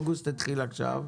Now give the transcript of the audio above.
חודש אוגוסט התחיל עכשיו.